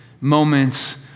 moments